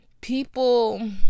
people